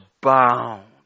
bound